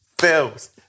films